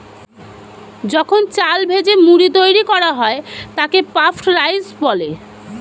যখন চাল ভেজে মুড়ি তৈরি করা হয় তাকে পাফড রাইস বলে